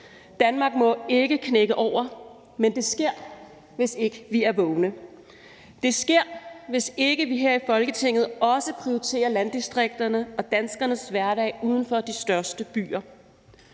Danmark må ikke knække over, men det sker, hvis ikke vi er vågne. Det sker, hvis ikke vi her i Folketinget også prioriterer landdistrikterne og danskernes hverdag uden for de største byer.